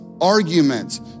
arguments